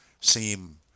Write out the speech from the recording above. seem